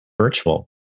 virtual